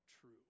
true